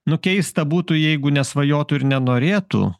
nu keista būtų jeigu nesvajotų ir nenorėtų